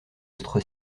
être